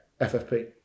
FFP